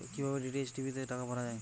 কি ভাবে DTH TV তে টাকা ভরা হয়?